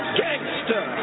gangster